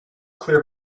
clear